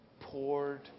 poured